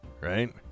right